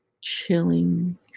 chilling